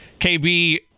KB